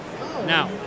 Now